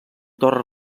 torre